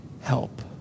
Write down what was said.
help